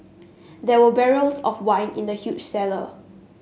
there were barrels of wine in the huge cellar